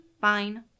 fine